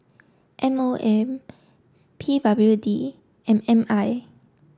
M O M P W D and M I